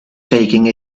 taking